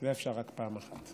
אפשר רק פעם אחת.